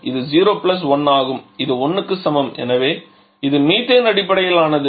இது 0 1 ஆகும் இது 1 க்கு சமம் எனவே இது மீத்தேன் அடிப்படையிலானது